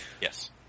Yes